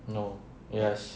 no yes